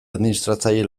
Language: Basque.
administratzaile